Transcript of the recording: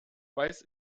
weiß